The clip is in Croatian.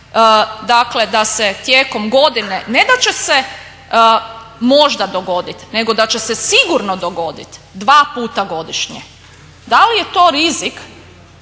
Dakle da se tijekom godine, ne da će se možda dogoditi nego da će se sigurno dogoditi dva puta godišnje. Da li je to rizik